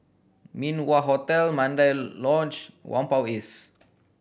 Min Wah Hotel Mandai Lodge Whampoa East